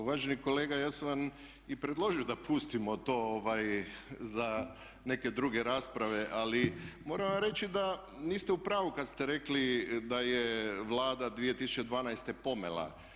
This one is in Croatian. Uvaženi kolega ja sam vam i predložio da pustimo to za neke druge rasprave ali moram vam reći da niste u pravu kad ste rekli da je Vlada 2012. pomela.